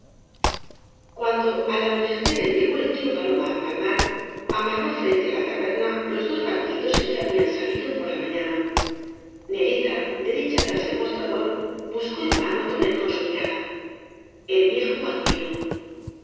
cuando al anochecer llegó el tío paloma al palmar amarró frente á la taberna los dos bar quitos en que habían salido por la mañana neleta derecha tras ei mostrador buscó en vano á tonet con su mirada el viejo adivinó